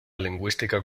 lingüística